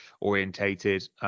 orientated